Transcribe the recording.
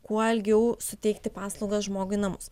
kuo ilgiau suteikti paslaugas žmogui į namus